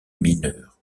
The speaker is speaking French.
mineurs